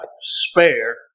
spare